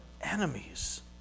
enemies